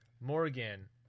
Morgan